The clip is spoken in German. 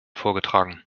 vorgetragen